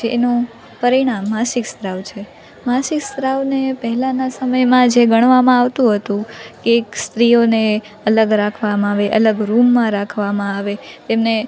જેનું પરિણામ માસિક સ્ત્રાવ છે માસિક સ્ત્રાવને પહેલાંના સમયમાં જે ગણવામાં આવતું હતું એક સ્ત્રીઓને અલગ રાખવામાં આવે અલગ રૂમમાં રાખવામાં આવે એમને